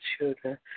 children